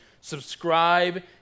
subscribe